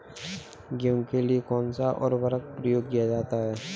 गेहूँ के लिए कौनसा उर्वरक प्रयोग किया जाता है?